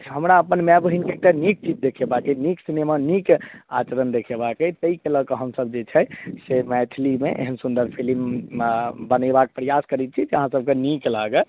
हमरा अपन माय बहीनके एक टा नीक चीज देखेबाके अछि नीक सिनेमा नीक आचरण देखेबाक अछि ताहिके लऽ कऽ हमसब जे छै से मैथिलीमे एहन सुन्दर फिलिम बनेबाक प्रयास करै छी जे अहाँ सबके नीक लागै